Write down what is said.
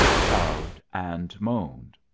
soughed and moaned.